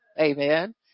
Amen